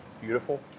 beautiful